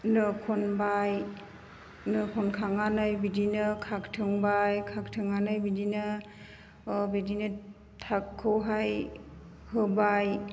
नो खनबाय नो खनखांनानै बिदिनो खाखथोंबाय खाखथोंनानै बिदिनो बिदिनो थाथखौहाय होबाय